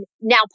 now